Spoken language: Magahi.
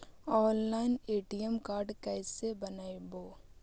ऑनलाइन ए.टी.एम कार्ड कैसे बनाबौ?